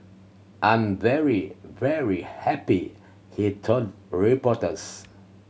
I'm very very happy he told reporters